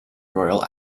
royal